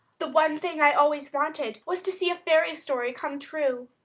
the one thing i always wanted was to see a fairy story come true.